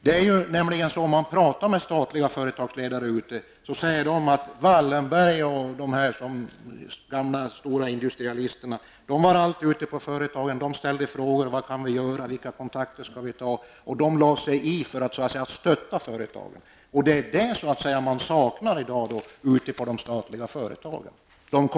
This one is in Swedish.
Om man talar med ledare för statliga företag, säger de ofta att Wallenberg och de andra stora ''industrialisterna'' alltid var ute på företagen och ställde frågor om vad de kunde göra och vilka kontakter de borde ta; de ''lade sig i'' för att stötta företagen. Kontakter med industridepartementet är vad man i dag saknar på de statliga företagen.